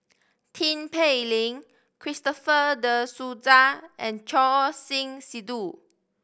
Tin Pei Ling Christopher De Souza and Choor Singh Sidhu